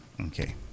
Okay